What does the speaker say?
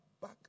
back